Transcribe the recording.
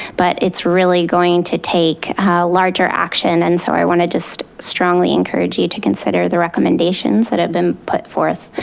but it's really going to take larger action. and so i want to just strongly encourage you to consider the recommendations that have been put forth